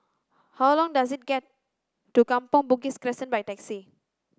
how long does it get to Kampong Bugis Crescent by taxi